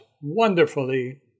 wonderfully